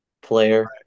player